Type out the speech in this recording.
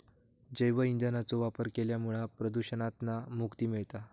जैव ईंधनाचो वापर केल्यामुळा प्रदुषणातना मुक्ती मिळता